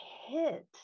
hit